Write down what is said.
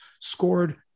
scored